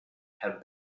have